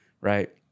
right